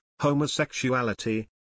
Homosexuality